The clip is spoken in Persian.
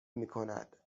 میکند